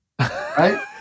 right